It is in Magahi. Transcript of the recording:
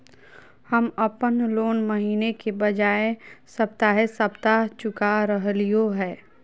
हम अप्पन लोन महीने के बजाय सप्ताहे सप्ताह चुका रहलिओ हें